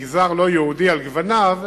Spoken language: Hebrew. במגזר הלא-יהודי על גווניו